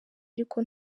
ariko